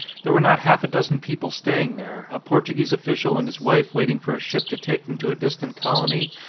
there were not half a dozen people staying there, a portuguese official and his wife waiting for a ship to take them to a distant colony,